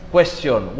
Question